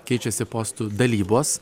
keičiasi postų dalybos